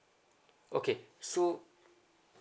okay so